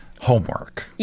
homework